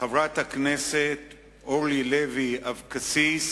חברת הכנסת אורלי לוי אבקסיס